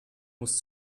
muss